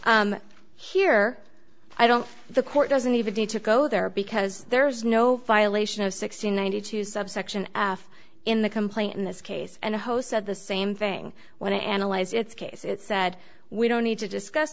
six here i don't the court doesn't even need to go there because there is no violation of sixty ninety two subsection in the complaint in this case and a host said the same thing when i analyze its case it said we don't need to discuss